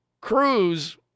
Cruz